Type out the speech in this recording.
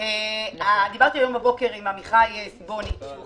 וכמובן שאני